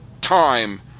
time